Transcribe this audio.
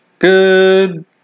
Good